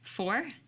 Four